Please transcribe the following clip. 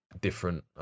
different